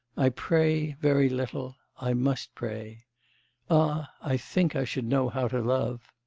i pray very little i must pray ah i think i should know how to love.